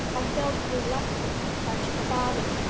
i felt reluctant to touch the body.